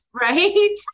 right